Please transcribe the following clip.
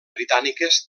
britàniques